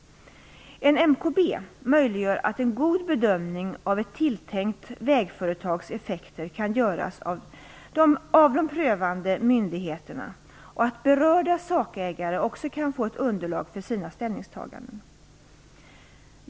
En MKB möjliggör att en god bedömning av ett tilltänkt vägföretags effekter kan göras av de prövande myndigheterna och att berörda sakägare också kan få ett underlag för sina ställningstaganden.